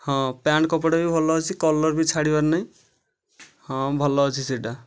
ହଁ ପ୍ୟାଣ୍ଟ କପଡ଼ା ବି ଭଲ ଅଛି କଲର ବି ଛାଡ଼ିବାର ନାହିଁ ହଁ ଭଲ ଅଛି ସେଇଟା